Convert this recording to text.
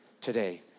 today